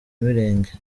mirenge